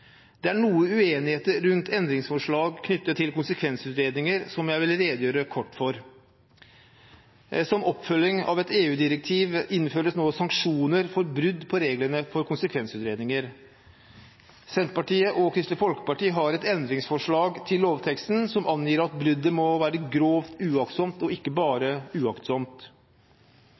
Det er noe uenighet rundt endringsforslag om konsekvensutredninger, som jeg vil redegjøre kort for. Som oppfølging av et EU-direktiv innføres nå sanksjoner for brudd på reglene om konsekvensutredninger. Senterpartiet og Kristelig Folkeparti har et endringsforslag til lovteksten som angir at bruddet må være grovt uaktsomt og ikke bare uaktsomt.